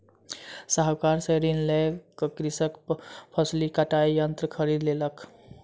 साहूकार से ऋण लय क कृषक फसिल कटाई यंत्र खरीद लेलक